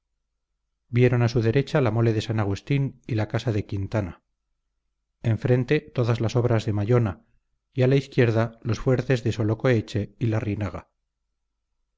vieron a su derecha la mole de san agustín y la casa de quintana enfrente todas las obras de mallona y a la izquierda los fuertes de solocoeche y